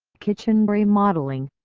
kitchen remodeling,